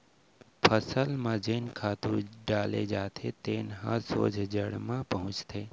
फसल ल जेन खातू डाले जाथे तेन ह सोझ जड़ म पहुंचथे